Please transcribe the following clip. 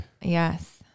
Yes